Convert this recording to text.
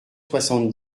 soixante